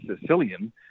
Sicilian